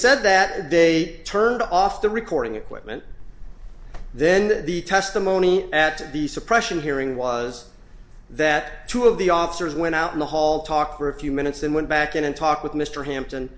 said that they turned off the recording equipment then the testimony at the suppression hearing was that two of the officers went out in the hall talked for a few minutes and went back in and talk with mr hampton